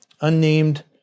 unnamed